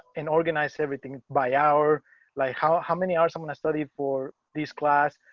and organize everything by our like how how many hours when i studied for these class.